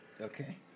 Okay